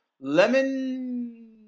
lemon